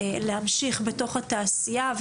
להמשיך בתוך התעשייה,